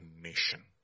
nation